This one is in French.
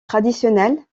traditionnels